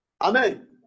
Amen